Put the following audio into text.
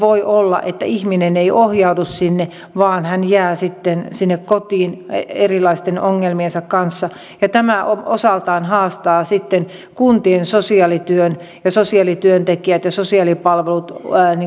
voi olla että ihminen ei ohjaudu sinne vaan hän jää sitten sinne kotiin erilaisten ongelmiensa kanssa tämä osaltaan haastaa sitten kuntien sosiaalityön sosiaalityöntekijät ja sosiaalipalvelut